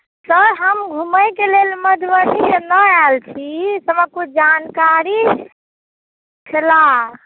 sir हम घुमयके लेल मधुबनीमे आयल छी तऽ हमरा किछु जानकारी छले